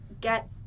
get